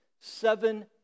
seven